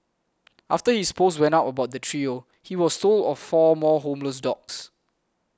after his post went up about the trio he was told of four more homeless dogs